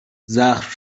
زخم